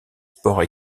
sports